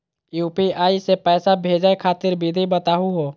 UPI स पैसा भेजै खातिर विधि बताहु हो?